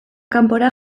kanpora